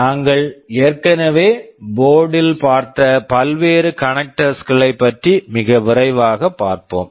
நாங்கள் ஏற்கனவே board board ல் பார்த்த வெவ்வேறு கனக்டர்ஸ் connectors களைப் பற்றி மிக விரைவாகப் பார்ப்போம்